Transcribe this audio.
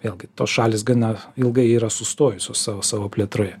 vėlgi tos šalys gana ilgai yra sustojusios sa savo plėtroje